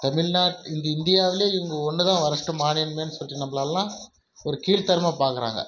தமிழ்நாட்டு இந்த இந்தியாவிலே இவங்க ஒன்று தான் ஒர்ஸ்ட்டு மாநிலமுனே சொல்லிட்டு நம்பளெலாம் ஒரு கீழ்த்தரமாக பார்க்குறாங்க